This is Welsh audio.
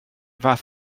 fath